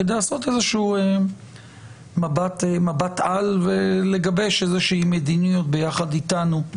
כדי לעשות איזשהו מבט על ולגבש איזושהי מדיניות ביחד איתנו,